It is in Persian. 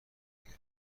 دیگه